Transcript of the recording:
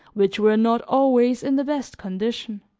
which were not always in the best condition.